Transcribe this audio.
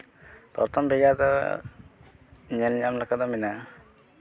ᱯᱨᱚᱛᱷᱚᱢ ᱵᱷᱮᱜᱟᱨ ᱫᱚ ᱧᱮᱞᱧᱟᱢ ᱞᱮᱠᱟ ᱫᱚ ᱢᱮᱱᱟᱜᱼᱟ